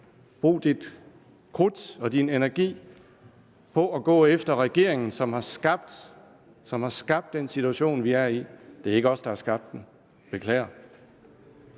Brug dit krudt og din energi på at gå efter regeringen, som har skabt den situation, vi er i. Det er ikke os, der har skabt den – beklager.